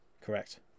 Correct